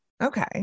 Okay